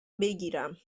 بگیرم